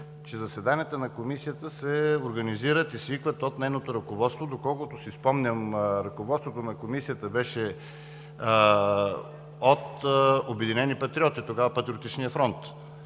че заседанията на Комисията се организират и свикват от нейното ръководство. Доколкото си спомням ръководството на Комисията беше от Обединени патриоти – тогава Патриотичния фронт.